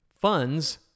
funds